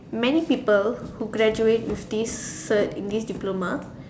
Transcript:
many people who graduate with this cert in this diploma